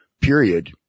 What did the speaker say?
period